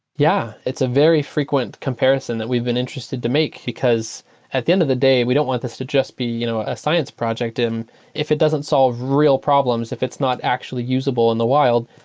yeah. it's a very frequent comparison that we've been interested to make, because at the end of the day, we don't want this to just be you know a science project. if it doesn't solve real problems, if it's not actually usable in the wild,